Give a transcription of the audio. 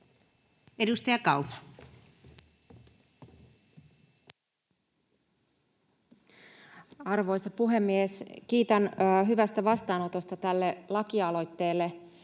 Edustaja Kauma. Arvoisa puhemies! Kiitän hyvästä vastaanotosta tälle lakialoitteelle.